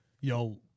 yo